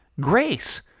grace